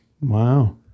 Wow